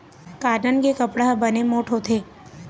cotton के कपड़ा ह बने मोठ्ठ होथे